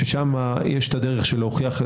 שם יש את הדרך להוכיח,